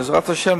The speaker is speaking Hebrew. בעזרת השם,